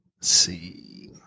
see